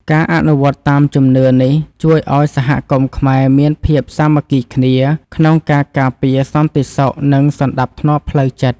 ការអនុវត្តតាមជំនឿនេះជួយឱ្យសហគមន៍ខ្មែរមានភាពសាមគ្គីគ្នាក្នុងការការពារសន្តិសុខនិងសណ្តាប់ធ្នាប់ផ្លូវចិត្ត។